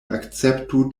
akceptu